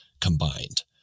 combined